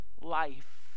life